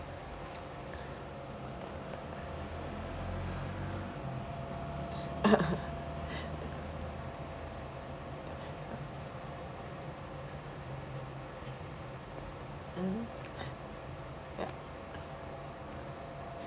mm ya